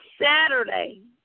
Saturday